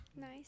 Nice